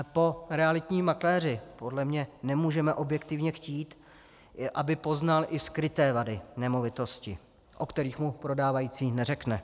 Po realitním makléři podle mě nemůžeme objektivně chtít, aby podal i skryté vady nemovitosti, o kterých mu prodávající neřekne.